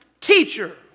teacher